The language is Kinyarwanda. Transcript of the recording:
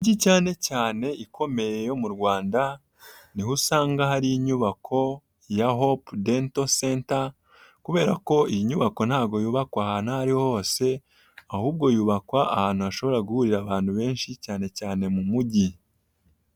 Mu mijyi cyane cyane ikomeye yo mu Rwanda ni ho usanga hari inyubako ya Hop Dental Center kubera ko iyi nyubako ntabwo yubakwa ahantu ahariho hose, ahubwo yubakwa ahantu hashobora guhurira abantu benshi cyane cyane mu Mujyi.